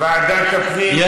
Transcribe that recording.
ועדת הפנים.